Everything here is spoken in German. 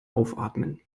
aufatmen